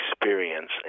experience